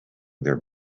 their